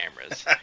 cameras